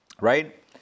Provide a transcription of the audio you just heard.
Right